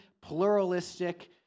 pluralistic